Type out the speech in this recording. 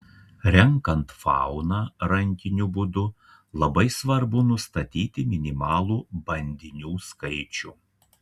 renkant fauną rankiniu būdu labai svarbu nustatyti minimalų bandinių skaičių